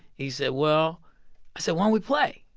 he said, well i said, why don't we play?